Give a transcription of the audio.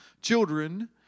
Children